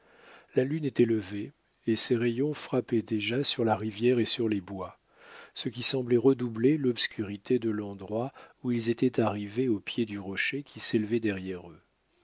la lune était levée et ses rayons frappaient déjà sur la rivière et sur les bois ce qui semblait redoubler l'obscurité de l'endroit où ils étaient arrivés au pied du rocher qui s'élevait derrière eux